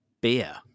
beer